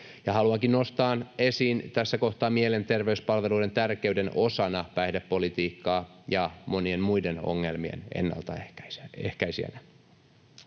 Haluankin nostaa esiin tässä kohtaa mielenterveyspalveluiden tärkeyden osana päihdepolitiikkaa ja monien muiden ongelmien ennaltaehkäisijänä.